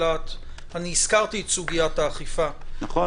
הזכרתי את סוגיית האכיפה --- נכון.